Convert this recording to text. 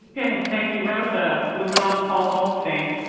ah okay, thank you. rosa, moving on to paul gold stain.